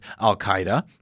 al-Qaeda